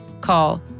Call